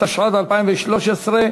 התשע"ד 2013,